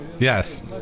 Yes